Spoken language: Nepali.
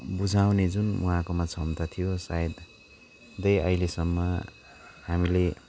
बुझाउँने जुन उहाँकोमा क्षमता थियो सायदै अहिलेसम्म हामीले